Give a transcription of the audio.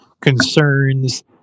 concerns